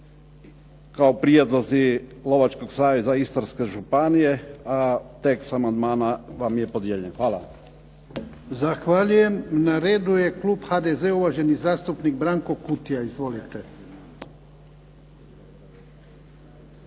kao prijedlozi Lovačkog saveza Istarske županije, a tekst amandmana vam je podijeljen. Hvala. **Jarnjak, Ivan (HDZ)** Zahvaljujem. Na redu je klub HDZ-a, uvaženi zastupnik Branko Kutija. Izvolite.